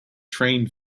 train